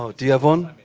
ah do you have one?